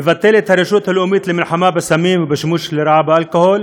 לבטל את הרשות הלאומית למלחמה בסמים ובשימוש לרעה באלכוהול